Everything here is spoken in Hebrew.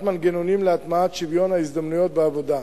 מנגנונים להטמעת שוויון ההזדמנויות בעבודה.